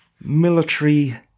military